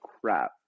crap